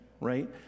right